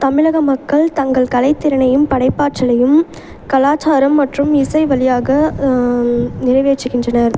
தமிழக மக்கள் தங்கள் கலைத்திறனையும் படைப்பாற்றலையும் கலாச்சாரம் மற்றும் இசை வழியாக நிறைவேற்றுகின்றனர்